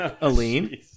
Aline